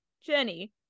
Jenny